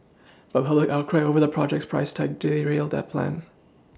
but a public outcry over the project's price tag derailed that plan